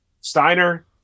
Steiner